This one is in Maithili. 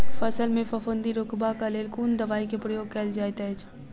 फसल मे फफूंदी रुकबाक लेल कुन दवाई केँ प्रयोग कैल जाइत अछि?